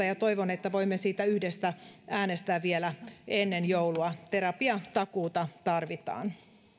ja toivon että voimme siitä yhdessä äänestää vielä ennen joulua terapiatakuuta tarvitaan